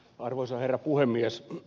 arvoisa herra puhemies